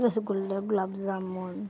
rasgulla gulab ਜਾਮਣ